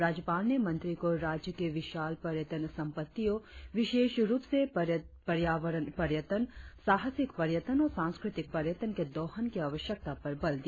राज्यपाल ने मंत्री को राज्य की विशाल पर्यटन संपत्तियों विशेष रुप से पर्यावरण पर्यटन साहसिक पर्यटन और सांस्कृतिक पर्यटन के दोहन की आवश्यकता पर बल दिया